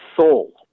soul